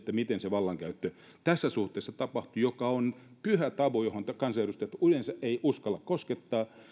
miten se vallankäyttö tässä suhteessa tapahtuu tämä on pyhä tabu johon kansanedustajat yleensä eivät uskalla koskettaa